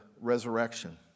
resurrection